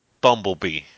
Bumblebee